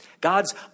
God's